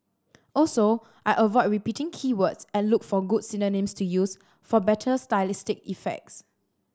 also I avoid repeating key words and look for good synonyms to use for better stylistic effects